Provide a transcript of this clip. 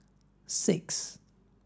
six